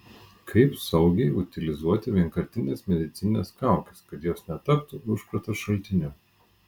kaip saugiai utilizuoti vienkartines medicinines kaukes kad jos netaptų užkrato šaltiniu